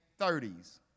30s